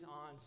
on